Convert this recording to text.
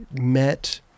met